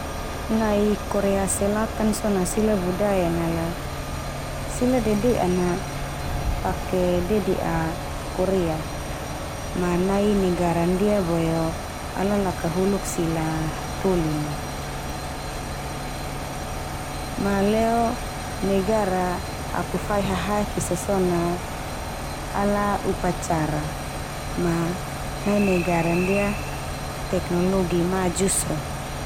Nai Korea Selatan so na, sila budaya nala sila dede'an na pake dedea Korea. Ma nai negara ndia boe o ala lakahuluk sila hatolin al. Ma leo negara hapu fai hahaek esa so na ala upacara, ma nai negara ndia teknologi maju so.